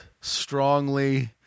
strongly